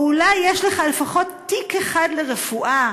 או אולי יש לך לפחות תיק אחד לרפואה